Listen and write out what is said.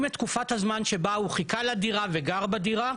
את תקופת הזמן שבה הוא חיכה לדירה וגר בדירה